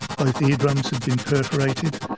both ear drums had been perforated.